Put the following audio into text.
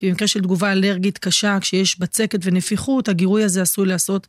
במקרה של תגובה אלרגית קשה, כשיש בצקת ונפיחות, הגירוי הזה עשוי לעשות.